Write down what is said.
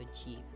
achieve